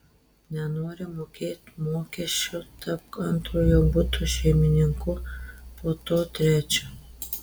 nenori mokėt mokesčių tapk antrojo buto šeimininku po to trečio